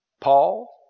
Paul